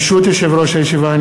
ברשות יושב-ראש הישיבה,